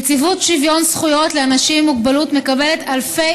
נציבות שוויון זכויות לאנשים עם מוגבלות מקבלת אלפי